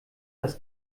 das